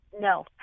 No